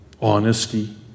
honesty